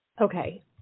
Okay